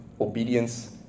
obedience